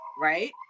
right